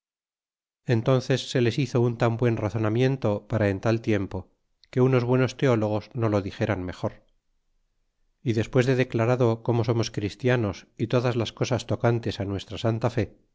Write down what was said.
y entónces soles hizo un tan buen razonamiento para en tal tiempo que unos buenos teólogos no lo dixeran mejor y despues de declarado como somos christianos e todas las cosas tocantes nuestra santa fe